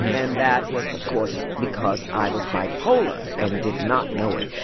and that was, of course, because i was bipolar and did not know it.